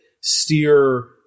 steer